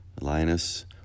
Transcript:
Linus